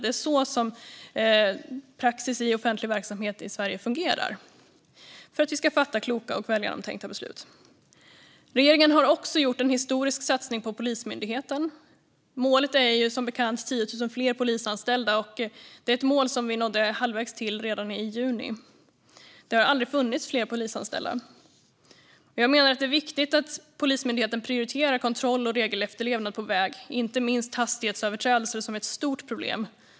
Det är så praxis i offentlig verksamhet i Sverige fungerar för att vi ska fatta kloka och väl genomtänkta beslut. Regeringen har också gjort en historisk satsning på Polismyndigheten. Målet är som bekant 10 000 fler polisanställda, och det är ett mål som vi nådde halvvägs till redan i juni. Det har aldrig funnits fler polisanställda. Jag menar att det är viktigt att Polismyndigheten prioriterar kontroll och regelefterlevnad på väg, inte minst hastighetsöverträdelser som är ett stort problem.